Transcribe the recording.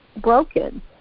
Broken